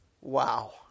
Wow